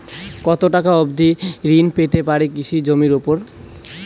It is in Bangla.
কত টাকা অবধি ঋণ পেতে পারি কৃষি জমির উপর?